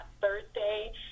Thursday